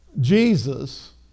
Jesus